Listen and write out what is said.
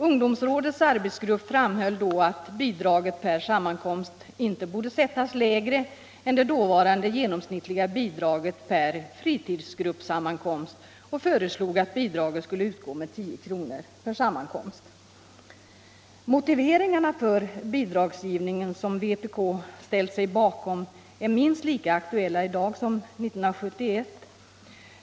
Ungdomsrådets arbetsgrupp framhöll då att bidraget per sammankomst inte borde sättas lägre än det dåvarande genomsnittliga bidraget per fritidsgruppssammankomst och föreslog att bidraget skulle utgå med 10 kr. per sammankomst. Moltiveringarna för bidragsgivningen, som vpk ställt sig bakom, är minst lika aktuella i dag som 1971.